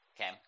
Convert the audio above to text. okay